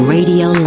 Radio